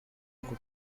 ako